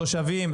תושבים,